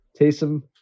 Taysom